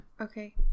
Okay